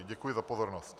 Děkuji za pozornost.